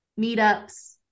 meetups